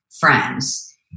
friends